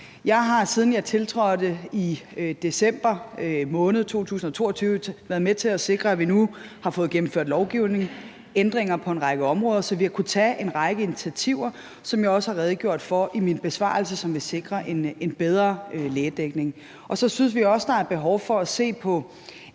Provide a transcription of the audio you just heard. Jeg har, siden jeg tiltrådte i december måned 2022, været med til at sikre, at vi nu har fået gennemført lovgivningsændringer på en række områder, så vi har kunnet tage en række initiativer, som jeg også har redegjort for i min besvarelse, der vil sikre en bedre lægedækning. Så synes vi også, der er behov for at se på